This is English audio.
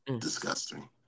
disgusting